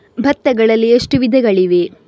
ಭತ್ತಗಳಲ್ಲಿ ಎಷ್ಟು ವಿಧಗಳಿವೆ?